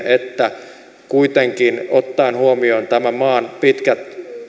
että kuitenkin ottaen huomion tämän maan pitkät